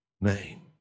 name